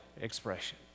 expression